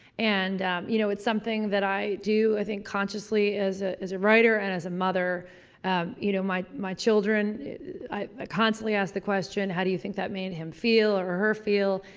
and you know it's something that i do i think consciously as ah as a writer and as a mother you know my my children i constantly ask the question how do you think that made him feel or her feel?